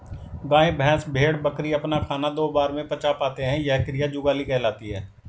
गाय, भैंस, भेड़, बकरी अपना खाना दो बार में पचा पाते हैं यह क्रिया जुगाली कहलाती है